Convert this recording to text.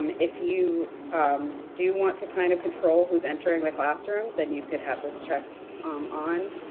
um if you um do want to kind of control who's entering the classroom, then you could have this checked um on,